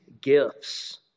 gifts